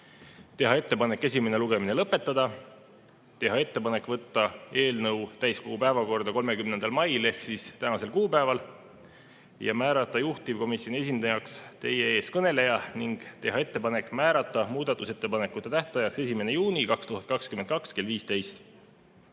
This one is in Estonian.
teha ettepanek esimene lugemine lõpetada, teha ettepanek võtta eelnõu täiskogu päevakorda 30. maiks ehk tänaseks kuupäevaks ja määrata juhtivkomisjoni esindajaks teie ees kõneleja ning teha ettepanek määrata muudatusettepanekute tähtajaks 1. juuni 2022 kell 15.